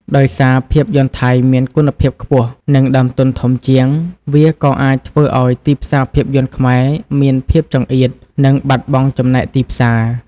ដោយសារភាពយន្តថៃមានគុណភាពខ្ពស់ និងដើមទុនធំជាង វាក៏អាចធ្វើឲ្យ ទីផ្សារភាពយន្តខ្មែរមានភាពចង្អៀត និងបាត់បង់ចំណែកទីផ្សារ។